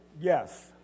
Yes